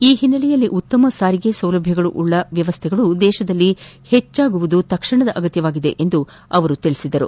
ಈ ಹಿನ್ನೆಲೆಯಲ್ಲಿ ಉತ್ತಮ ಸಾರಿಗೆ ಸೌಲಭ್ಯಗಳುಳ್ಳ ವ್ಯವಸ್ವೆಗಳು ದೇಶದಲ್ಲಿ ಹೆಚ್ಚಿಸುವುದು ತಕ್ಷಣದ ಅಗತ್ಯವಾಗಿದೆ ಎಂದು ಅವರು ಹೇಳಿದರು